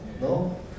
No